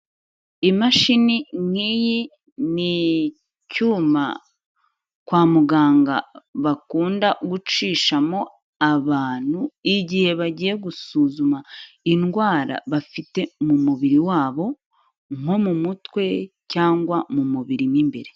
Imashini nk'iyi, ni icyuma kwa muganga bakunda gucishamo abantu igihe bagiye gusuzuma indwara bafite mu mubiri wabo nko mu mutwe cyangwa mu mubiri mo imbere.